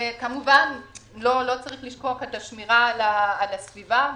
כמובן לא צריך לשכוח את השמירה על הסביבה.